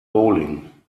bowling